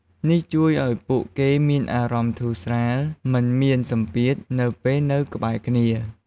នេះជួយឲ្យពួកគេមានអារម្មណ៍ធូរស្រាល មិនមានសម្ពាធ នៅពេលនៅក្បែរគ្នា។